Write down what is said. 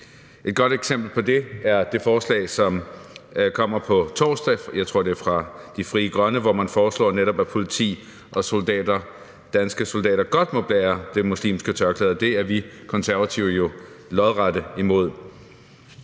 Et godt eksempel på det er det forslag, som kommer på torsdag – jeg tror, det er fra Frie Grønne – hvor man foreslår, at netop politifolk og danske soldater godt må bære det muslimske tørklæde. Det er vi Konservative jo lodret imod.